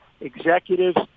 executives